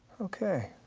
okay,